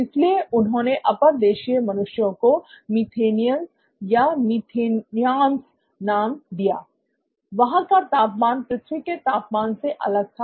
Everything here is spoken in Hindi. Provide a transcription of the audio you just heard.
इसलिए उन्होंने अपर देशीय मनुष्यों को मीथेनियंस या मीथेनिऑन्स नाम दिया वहां का तापमान पृथ्वी के तापमान से अलग था